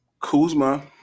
Kuzma